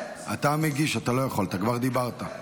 אתה המגיש, אתה לא יכול, אתה כבר דיברת.